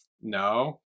No